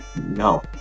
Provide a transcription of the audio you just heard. No